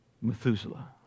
Methuselah